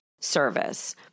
service